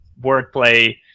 wordplay